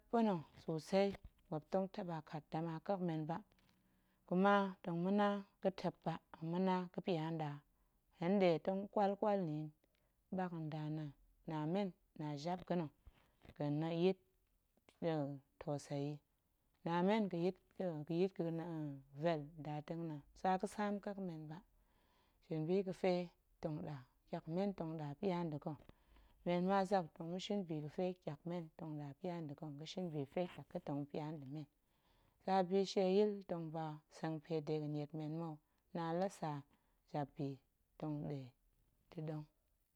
Pa̱na̱ sosei muop tong taɓa kat dama ƙek men ba, kuma tong ma̱na ga̱tep ba, tong ma̱na ga̱pya nɗa, hen nɗe tong ƙwal ƙwal nni yi ɓak nda naan na men, na jap ga̱ nna̱ ga̱ nayit toseyi, na men ga̱yit ga̱vel nda naan tsa ga̱sam ƙek men ba, shin bi ga̱fe tong ɗa tyak men tong ɗa pya nda̱ ga̱, men ma zak tong ma̱shin bi ga̱fe tyak men tong ɗa pya nda̱ ga̱, tong ga̱shin bi ga̱fe tyak ga̱ tong ɗa pya nda̱ men, tsa bishieyil tong ba sengpe dega̱ niet men mou, naan la sa jabb tong ɗe ta̱ɗong.